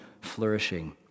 flourishing